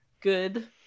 good